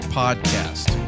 podcast